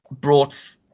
brought